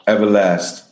Everlast